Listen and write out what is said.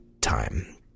time